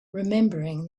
remembering